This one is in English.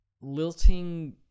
lilting